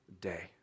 day